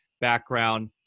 background